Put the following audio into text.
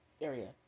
area